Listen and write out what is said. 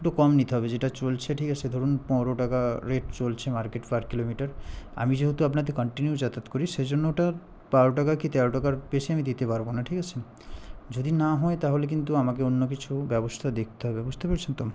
একটু কম নিতে হবে যেটা চলছে ঠিক আছে ধরুন পনেরো টাকা রেট চলছে মার্কেট পার কিলোমিটার আমি যেহেতু আপনাদের কান্টিনিউ যাতায়াত করি সেই জন্য ওটা বারো টাকা কি তেরো টাকার বেশি আমি দিতে পারবো না ঠিক আছে যদি না হয় তাহলে কিন্তু আমাকে অন্য কিছু ব্যবস্থা দেখতে হবে বুঝতে পেরেছেন তো